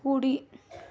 కుడి